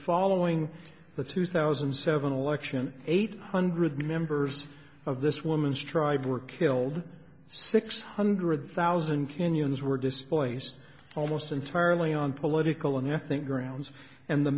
following the two thousand and seven election eight hundred members of this woman's tribe were killed six hundred thousand kenyans were displaced almost entirely on political and i think grounds and the